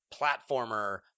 platformer